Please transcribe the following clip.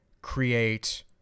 create